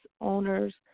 owners